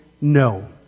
no